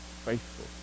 faithful